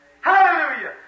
Hallelujah